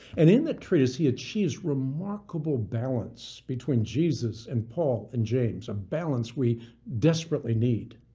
and in the treatise he achieves remarkable balance between jesus and paul and james of balance we desperately need.